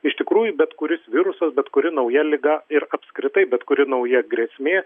iš tikrųjų bet kuris virusas bet kuri nauja liga ir apskritai bet kuri nauja grėsmė